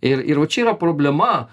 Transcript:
ir ir va čia yra problema